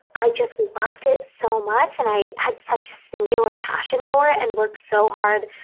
i just loved it so much. and i had such singular passion for it and worked so hard.